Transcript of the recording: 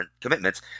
commitments